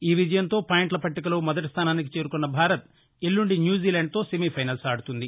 ఈ విజయంతో పాయింట్ల పట్టికలో మొదటిస్టానానికి చేరుకున్న భారత్ ఎల్లుండి న్యూజీలాండ్ తో సెమిఫైనల్స్ ఆడుతుంది